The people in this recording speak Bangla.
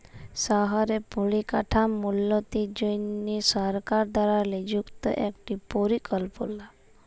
শহরে পরিকাঠাম উল্যতির জনহে সরকার দ্বারা লিযুক্ত একটি পরিকল্পলা